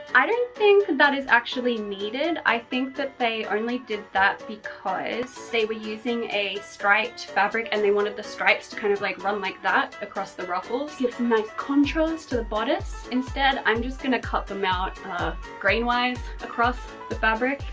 i don't think that that is actually needed. i think that they only did that because they were using a striped fabric and they wanted the stripes to kind of like run like that across the ruffles, get some nice contrast to the bodice, instead i'm just going to cut them out grain wise across fabric.